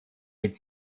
mit